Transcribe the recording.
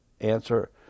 answer